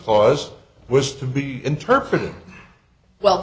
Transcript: clause was to be interpreted well